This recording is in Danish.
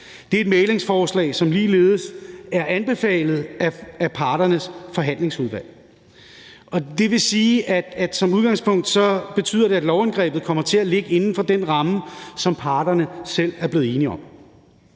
Det er et mæglingsforslag, som ligeledes er anbefalet af parternes forhandlingsudvalg, og det vil sige, at som udgangspunkt betyder det, at lovindgrebet kommer til at ligge inden for den ramme, som parterne selv er blevet enige om.